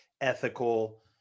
ethical